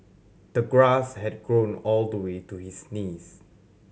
the grass had grown all the way to his knees